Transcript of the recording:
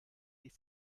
die